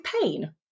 pain